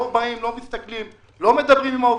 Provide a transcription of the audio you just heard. לא באים, לא מסתכלים, לא מדברים עם העובדים.